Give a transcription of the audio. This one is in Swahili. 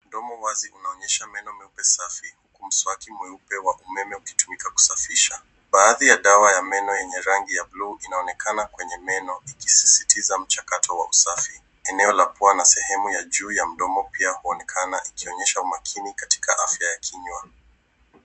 Mdomo wazi unaonyesha meno meupe safi huku mswaki meupe wa umeme ukitumika kusafisha. Baadhi ya dawa ya meno yenye rangi ya blue inaonekana kwenye meno ikisisitiza mchakato wa usafi. Eneo la pia na sehemu ya juu ya mdomo pia huonekana ikionyesha umakini katika afya ya kinywa.